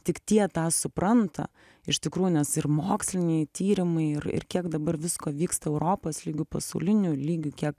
tik tie tą supranta iš tikrųjų nes ir moksliniai tyrimai ir ir kiek dabar visko vyksta europos lygiu pasauliniu lygiu kiek